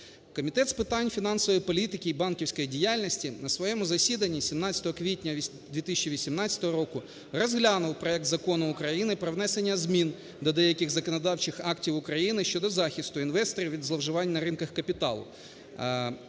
Комітет з питань фінансової політики і банківської діяльності на своєму засіданні 17 квітня 2018 року розглянув проект Закону України про внесення змін до деяких законодавчих актів України щодо захисту інвесторів від зловживань на ринках капіталу,